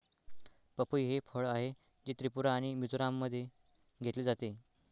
पपई हे फळ आहे, जे त्रिपुरा आणि मिझोराममध्ये घेतले जाते